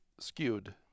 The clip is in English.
skewed